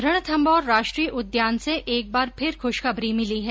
रणथम्मौर राष्ट्रीय उद्यान से एक बार फिर ख्शखबरी मिली है